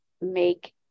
make